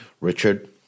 Richard